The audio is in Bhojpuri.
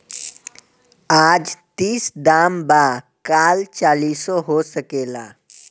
आज तीस दाम बा काल चालीसो हो सकेला